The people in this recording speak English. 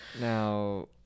now